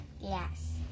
Yes